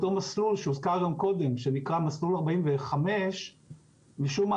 אותו מסלול שהוזכר גם קודם שנקרא מסלול 45 משום מה